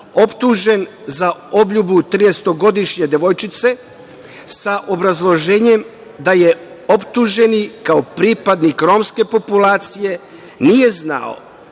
optuženog za obljubu trinaestogodišnje devojčice sa obrazloženjem da optuženi kao pripadnik romske populacije nije znao